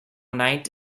night